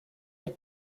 are